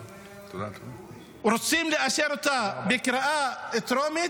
רוצים לאשר אותה בקריאה טרומית,